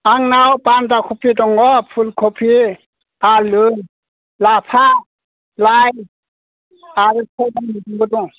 आंनाव बान्दा कबि दङ फुल कबि आलु लाफा लाइ आरो दं